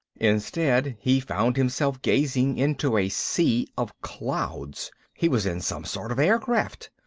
instead, he found himself gazing into a sea of clouds. he was in some sort of aircraft!